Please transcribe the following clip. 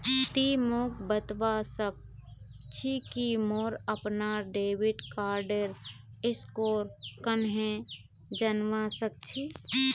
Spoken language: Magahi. ति मोक बतवा सक छी कि मोर अपनार डेबिट कार्डेर स्कोर कँहे जनवा सक छी